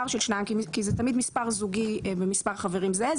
פער של שניים כי זה תמיד מספר זוגי ומספר חברים זהה.